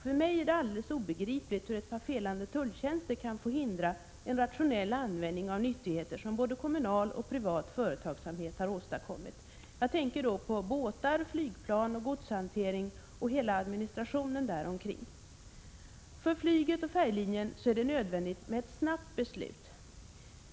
För mig är det alldeles obegripligt hur ett par felande tulltjänster kan få hindra en rationell användning av nyttigheter som både kommunal och privat företagsamhet har åstadkommit. Jag tänker då på båtar, flygplan, godshantering och hela administrationen däromkring. För flyget och färjelinjen är det nödvändigt med ett snabbt beslut.